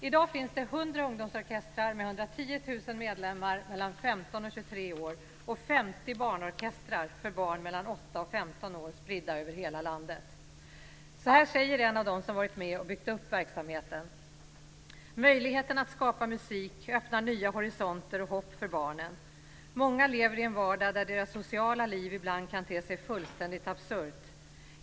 I dag finns det 100 ungdomsorkestrar med 110 000 medlemmar mellan 15 och 23 år och 50 barnorkestrar för barn mellan 8 och 15 år spridda över hela landet. Så här säger en av dem som varit med om att bygga upp verksamheten: "Möjligheten att skapa musik öppnar nya horisonter och hopp för barnen. Många lever i en vardag där deras sociala liv ibland kan te sig fullständigt absurt.